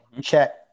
check